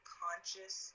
conscious